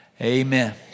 amen